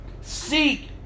Seek